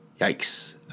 Yikes